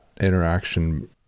interaction